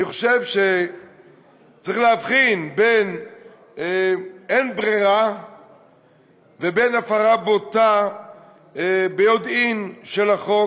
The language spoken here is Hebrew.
אני חושב שצריך להבחין בין אין-ברירה ובין הפרה בוטה ביודעין של החוק,